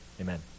Amen